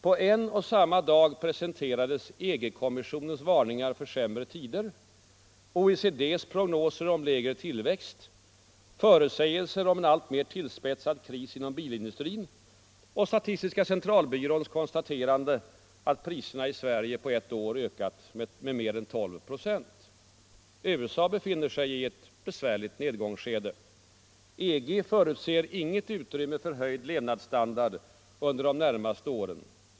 På en och samma dag presenterades EG-kommissionens varningar för sämre tider, OECD:s prognoser om lägre tillväxt, förutsägelser om en alltmer tillspetsad kris inom bilindustrin och statistiska centralbyråns konstaterande att priserna i Sverige på ett år ökat med mer än 12 procent. USA befinner sig i ett besvärligt nedgångsskede. EG förutser inget utrymme för höjd levnadsstandard under de närmaste åren.